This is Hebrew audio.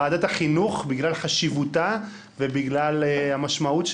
ועדת החינוך בגלל חשיבותה, ובגלל המשמעות שלה,